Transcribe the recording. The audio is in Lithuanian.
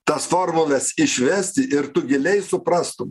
tas formules išvesti ir tu giliai suprastum